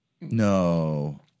No